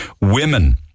Women